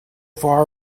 far